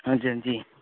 हांजी हांजी